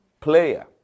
player